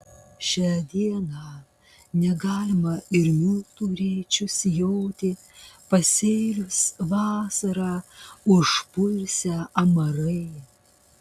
šią dieną negalima ir miltų rėčiu sijoti pasėlius vasarą užpulsią amarai